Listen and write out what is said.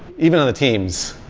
even on the teams,